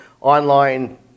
online